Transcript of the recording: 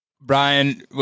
Brian